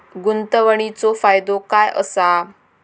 गुंतवणीचो फायदो काय असा?